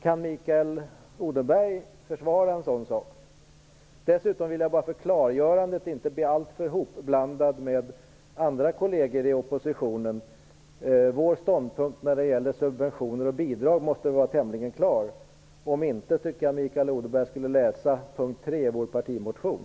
Kan Mikael Odenberg försvara ett sådant förhållande? Dessutom vill jag bara för klarhetens skull inte bli alltför hopblandad med andra kolleger i oppositionen. Vår ståndpunkt när det gäller subventioner och bidrag måste vara tämligen klar. Om Mikael Odenberg inte tycker det, bör han läsa punkt 3 i vår partimotion.